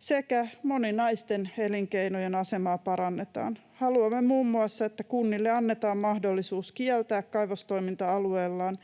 sekä moninaisten elinkeinojen asemaa parannetaan. Haluamme muun muassa, että kunnille annetaan aloitteen tavoin mahdollisuus kieltää kaivostoiminta alueellaan,